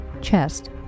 chest